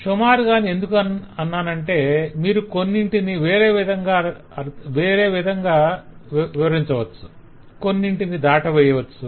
షుమారుగా అని ఎందుకంటున్నానంటే మీరు కొన్నింటిని వేరే విధంగా అర్ధం వివరించవచ్చు కొన్నింటిని దాటవేయవచ్చు